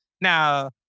now